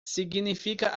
significa